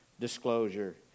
disclosure